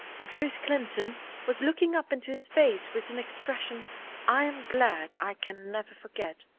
and ruth clinton was looking up into his face with an expression i am glad i can never forget.